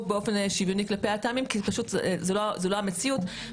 באופן שוויוני כלפי הטעמים כי פשוט זאת לא המציאות.